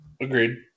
Agreed